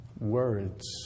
Words